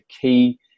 key